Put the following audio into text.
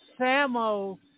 Samo